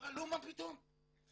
ואמרה לא, מה פתאום, אסור,